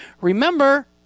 Remember